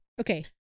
Okay